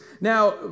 Now